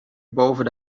boven